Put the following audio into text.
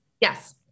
Yes